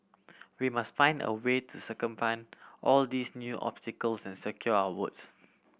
we must find a way to circumvent all these new obstacles and secure our votes